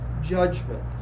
judgment